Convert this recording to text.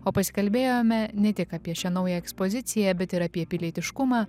o pasikalbėjome ne tik apie šią naują ekspoziciją bet ir apie pilietiškumą